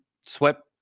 swept